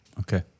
okay